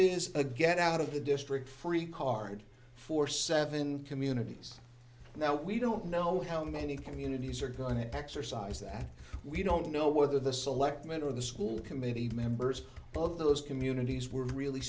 a get out of the district free card for seven communities now we don't know how many communities are going to exercise that we don't know whether the selectmen or the school committee members of those communities were really